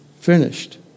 finished